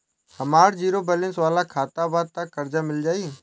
हमार zero balance वाला खाता बा त कर्जा मिल जायी?